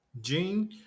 Gene